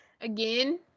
Again